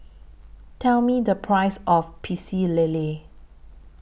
Tell Me The Price of Pecel Lele